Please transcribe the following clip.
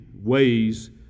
ways